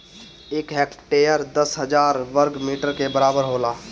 एक हेक्टेयर दस हजार वर्ग मीटर के बराबर होला